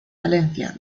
valencia